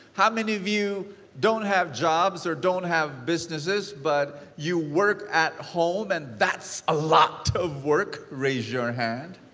how many of you don't have jobs, or don't have businesses, but you work at home and that's a lot of work, raise your hand?